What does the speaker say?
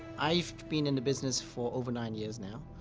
i've been in the business for over nine years now.